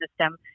system